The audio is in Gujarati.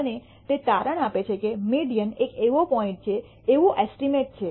અને તે તારણ આપે છે કે મીડીઅન એક એવો પોઇન્ટ છે એવું એસ્ટીમેટ છે